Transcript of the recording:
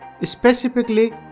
specifically